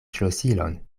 ŝlosilon